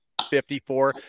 54